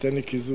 שתיתן לי קיזוז.